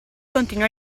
continui